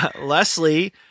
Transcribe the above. Leslie